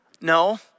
No